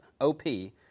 O-P